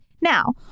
Now